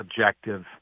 objective